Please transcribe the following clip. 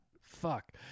Fuck